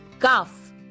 Calf